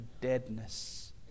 deadness